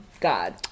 God